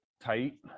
tight